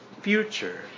future